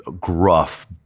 gruff